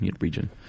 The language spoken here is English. region